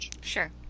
Sure